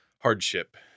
hardship